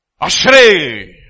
Ashrei